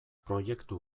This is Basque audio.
proiektu